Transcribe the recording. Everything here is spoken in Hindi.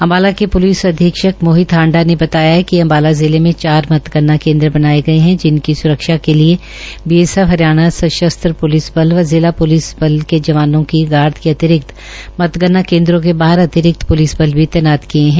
अम्बाला के प्रलिस अधीक्षक मोहित हांडा ने बताया कि अम्बाला जिले में चार मतगणना केन्द्र बनाये गये है जिनकी स्रक्षा के लिये बीएसएफ हरियाणा सशस्त्र प्लिस स्रक्षा व जिला प्लिस अम्बाला के जवानों की गार्ड के अतिरिक्त मतगण्ना केन्द्रो के बाहर अतिरिक्त प्लिस बल भी तैनात किया गया है